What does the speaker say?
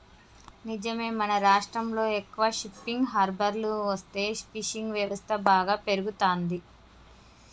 నిజమే మన రాష్ట్రంలో ఎక్కువ షిప్పింగ్ హార్బర్లు వస్తే ఫిషింగ్ వ్యవస్థ బాగా పెరుగుతంది